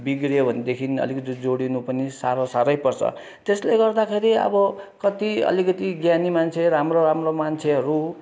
बिग्रियो भनेदेखि अलिकति जोडिनु पनि साह्रो साह्रै पर्छ त्यसले गर्दाखेरि अब कति अलिकति ज्ञानी मान्छे राम्रो राम्रो मान्छेहरू